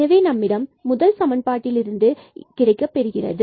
எனவே நம்மிடம் முதல் சமன்பாட்டில் இருந்து கிடைக்கப் பெறுகிறது